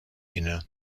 inne